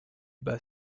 bat